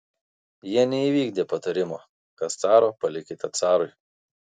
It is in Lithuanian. ji neįvykdė patarimo kas caro palikite carui